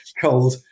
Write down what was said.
cold